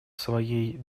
своей